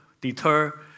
deter